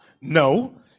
No